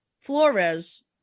Flores